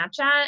Snapchat